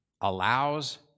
allows